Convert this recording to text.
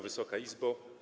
Wysoka Izbo!